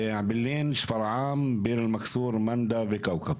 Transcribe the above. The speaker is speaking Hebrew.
אעבלין, שפרעם, ביר אל-מכסור, מנדא וכאוכב.